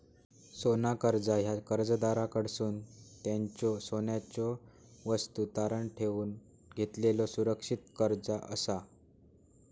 सोना कर्जा ह्या कर्जदाराकडसून त्यांच्यो सोन्याच्यो वस्तू तारण ठेवून घेतलेलो सुरक्षित कर्जा असा